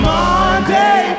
Monday